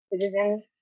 citizens